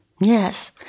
Yes